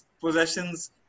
possessions